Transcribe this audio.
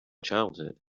childhood